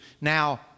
now